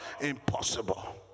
impossible